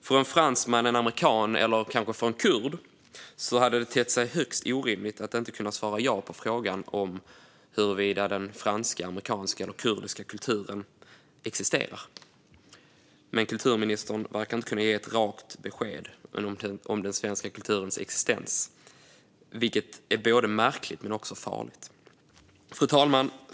För en fransman, en amerikan eller kanske en kurd hade det tett sig högst orimligt att inte kunna svara ja på frågan om huruvida den franska, amerikanska eller kurdiska kulturen existerar, men kulturministern verkar inte kunna ge ett rakt besked om den svenska kulturens existens, vilket är märkligt men också farligt. Fru talman!